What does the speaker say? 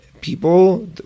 people